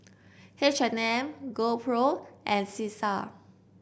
H and M GoPro and Cesar